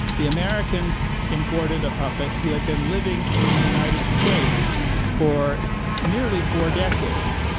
the americans imported a puppet who had been living in the united states for nearly four decades.